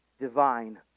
divine